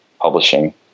publishing